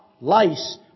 lice